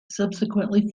subsequently